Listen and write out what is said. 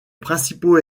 principaux